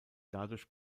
dadurch